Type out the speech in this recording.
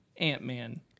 Ant-Man